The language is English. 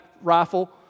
rifle